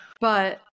but-